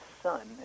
son